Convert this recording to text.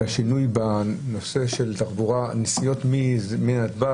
והוא הנסיעות משדות התעופה